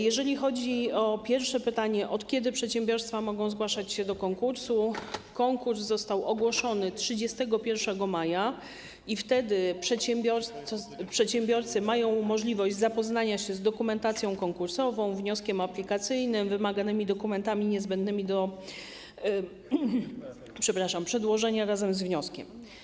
Jeżeli chodzi o pierwsze pytanie, od kiedy przedsiębiorstwa mogą zgłaszać się do konkursu, konkurs został ogłoszony 31 maja i od wtedy przedsiębiorcy mają możliwość zapoznania się z dokumentacją konkursową, wnioskiem aplikacyjnym i wymaganymi dokumentami niezbędnymi do przedłożenia razem z wnioskiem.